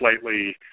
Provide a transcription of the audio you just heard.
slightly